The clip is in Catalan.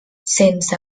sense